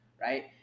right